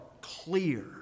clear